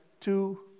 two